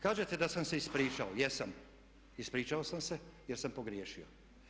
Kažete da sam se ispričao, jesam, ispričao sam se jer sam pogriješio.